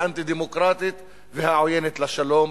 האנטי-דמוקרטית והעוינת לשלום,